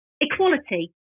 equality